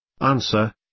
Answer